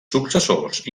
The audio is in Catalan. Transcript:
successors